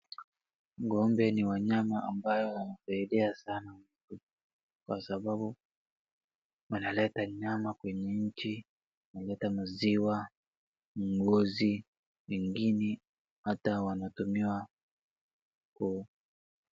Ng'ombe ni wanyama ambayo wanasaidia sana, kwa sababu wanaleta nyama kwenye nchi, wanaleta maziwa, ngozi pengine hata wanatumiwa kuu.......